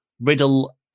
Riddle